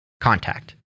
contact